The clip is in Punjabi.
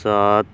ਸੱਤ